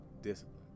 discipline